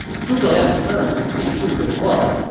zhuge liang turned to see who this was,